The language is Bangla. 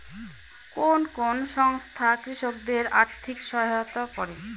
কোন কোন সংস্থা কৃষকদের আর্থিক সহায়তা করে?